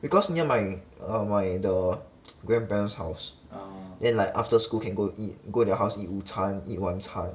because near my err my the grandparents house then like after school can go eat go their house eat 午餐 eat 晚餐